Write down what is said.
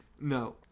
no